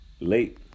late